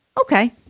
okay